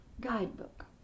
guidebook